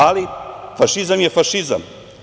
Ali, fašizam je fašizam.